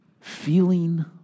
feeling